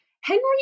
Henry